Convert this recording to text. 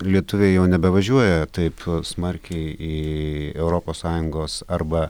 lietuviai jau nebevažiuoja taip smarkiai į europos sąjungos arba